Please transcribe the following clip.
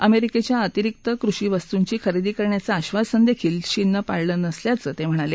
अमेरिकेच्या अतिरिक्त कृषी वस्तूंची खरेदी करण्याचं आक्षासन देखील चीननं पाळलं नसल्याचं ते म्हणाले